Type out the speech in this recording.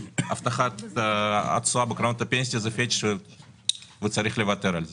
הבטחת התשואה בקרנות הפנסיה זה פטיש וצריך לוותר על זה?